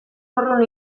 urrun